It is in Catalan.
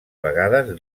vegades